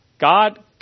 God